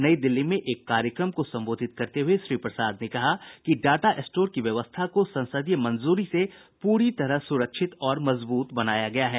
नई दिल्ली में एक कार्यक्रम को संबोधित करते हुये श्री प्रसाद ने कहा कि डाटा स्टोर की व्यवस्था को संसदीय मंजूरी से पूरी तरह सुरक्षित और मजबूत बनाया गया है